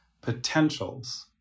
potentials